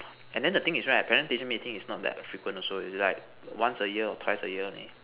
and then the thing is right parent teachers meeting is not that frequent also it's like once a year or twice a year only